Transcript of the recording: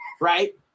right